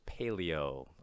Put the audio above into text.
paleo